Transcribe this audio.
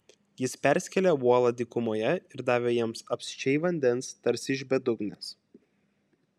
jis perskėlė uolą dykumoje ir davė jiems apsčiai vandens tarsi iš bedugnės